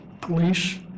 police